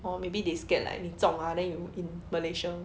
orh maybe they scared like 你中 mah then you in malaysia